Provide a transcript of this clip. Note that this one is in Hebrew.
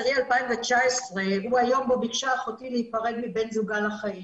ב-18/10/2019 היא היום בו ביקשה אחותי להיפרד מבן זוגה לחיים.